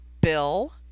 Bill